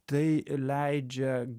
tai leidžia